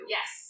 Yes